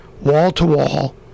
wall-to-wall